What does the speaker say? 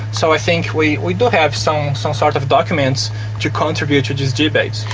so i think we, we do have some some sort of documents to contribute to this debate.